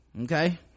okay